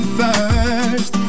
first